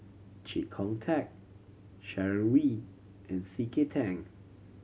Chee Kong Tet Sharon Wee and C K Tang